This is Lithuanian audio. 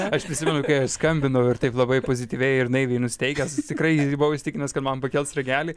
aš prisimenu kai aš skambinau ir taip labai pozityviai ir naiviai nusiteikęs tikrai buvau įsitikinęs kad man pakels ragelį